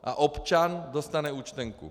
A občan dostane účtenku.